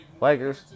Lakers